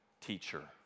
teacher